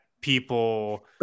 people